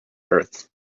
earth